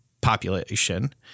population